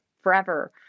forever